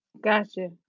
Gotcha